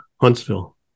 Huntsville